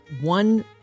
one